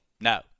No